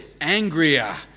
angrier